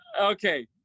okay